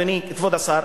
אדוני כבוד השר,